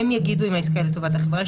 הם יגידו אם העסקה היא לטובת החברה,